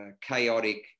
chaotic